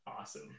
awesome